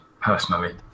personally